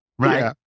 right